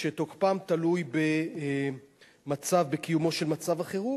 שתוקפם תלוי בקיומו של מצב החירום,